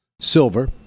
silver